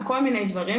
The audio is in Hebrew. כל מיני דברים,